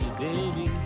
baby